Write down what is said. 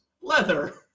leather